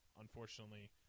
unfortunately